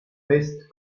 fest